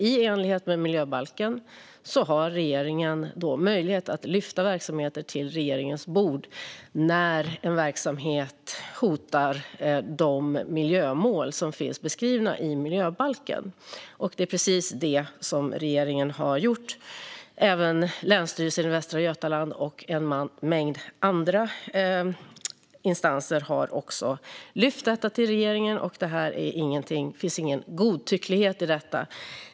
I enlighet med miljöbalken har regeringen möjlighet att lyfta verksamheter till regeringens bord när en verksamhet hotar de miljömål som finns beskrivna i miljöbalken, och det är precis det som regeringen har gjort. Även Länsstyrelsen i Västra Götaland och en mängd andra instanser har lyft detta till regeringen. Det finns ingen godtycklighet i detta.